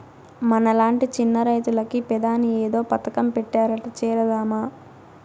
మనలాంటి చిన్న రైతులకు పెదాని ఏదో పథకం పెట్టారట చేరదామా